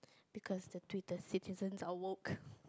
because the Twitter citizens are walk